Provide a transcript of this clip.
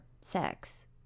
sex